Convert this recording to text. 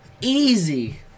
Easy